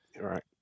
right